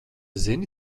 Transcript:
zini